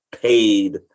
paid –